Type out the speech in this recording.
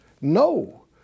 No